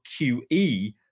QE